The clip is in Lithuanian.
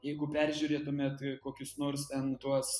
jeigu peržiūrėtumėt kokius nors ten tuos